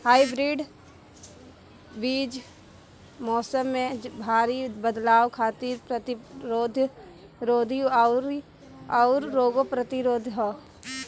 hybrid बीज मौसम में भारी बदलाव खातिर प्रतिरोधी आउर रोग प्रतिरोधी ह